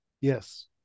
Yes